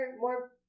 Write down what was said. more